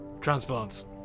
Transplants